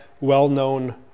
well-known